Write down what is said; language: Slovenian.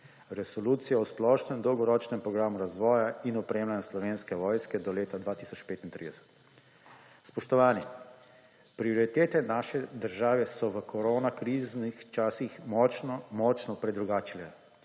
resolucije o splošnem dolgoročnem programu razvoja in opremljanja Slovenske vojske do leta 2035. Spoštovani! Prioritete naše države so v koronakriznih časih močno predrugačene,